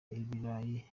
ibirayi